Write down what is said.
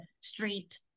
street